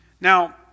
Now